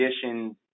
conditions